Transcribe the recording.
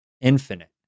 infinite